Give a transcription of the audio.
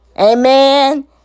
Amen